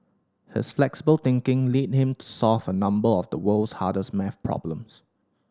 his flexible thinking lead him to solve a number of the world's hardest maths problems